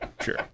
Sure